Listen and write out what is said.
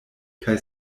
kaj